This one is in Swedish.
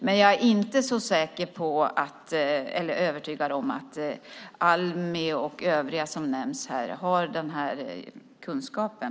Men jag är inte så övertygad om att Almi och övriga som nämns här har den kunskapen.